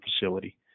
facility